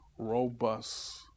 robust